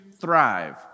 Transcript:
thrive